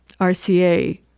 RCA